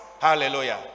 hallelujah